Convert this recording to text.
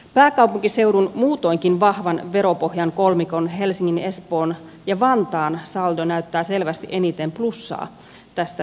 pääkaupunkiseudun muutoinkin vahvan veropohjan kolmikon helsingin espoon ja vantaan saldo näyttää selvästi eniten plussaa tässä pelissä